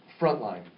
frontline